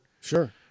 Sure